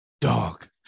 dog